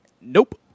Nope